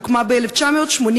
הוקמה ב-1983.